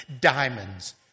diamonds